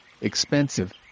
expensive